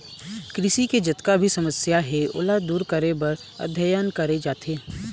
कृषि के जतका भी समस्या हे ओला दूर करे बर अध्ययन करे जाथे